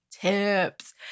tips